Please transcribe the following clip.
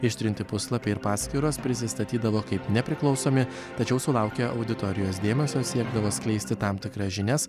ištrinti puslapiai ir paskyros prisistatydavo kaip nepriklausomi tačiau sulaukę auditorijos dėmesio siekdavo skleisti tam tikras žinias